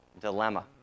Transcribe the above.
dilemma